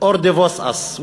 or divorce us.